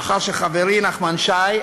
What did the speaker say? לאחר שחברי נחמן שי,